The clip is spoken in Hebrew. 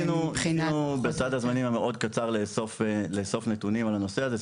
ניסינו בסד הזמנים המאוד קצר לאסוף נתונים על הנושא הזה,